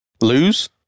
Lose